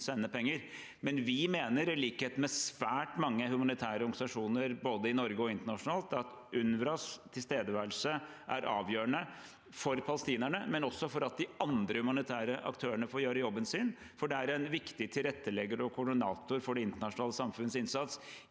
sender penger. Vi mener, i likhet med svært mange humanitære organisasjoner både i Norge og internasjonalt, at UNRWAs tilstedeværelse er avgjørende for palestinerne, men også for at de andre humanitære aktørene får gjøre jobben sin, for dette er en viktig tilrettelegger og koordinator for det internasjonale samfunnets innsats,